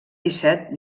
disset